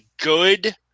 good